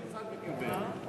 או שהמוסד מקבל?